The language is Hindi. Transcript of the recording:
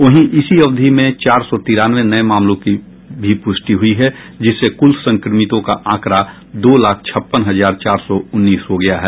वहीं इसी अवधि में चार सौ तिरानवे नये मामलों की भी प्रष्टि हुई जिससे कुल संक्रमितों का आंकड़ा दो लाख छप्पन हजार चार सौ उन्नीस हो गया है